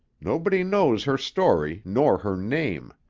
nobody knowed her story nor her name.